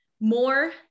more